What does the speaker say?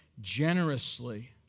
Generously